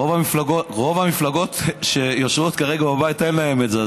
רוב המפלגות שיושבות כרגע בבית אין להן את זה,